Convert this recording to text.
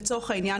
לצורך העניין,